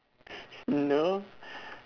no